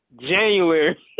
January